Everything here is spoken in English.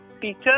teacher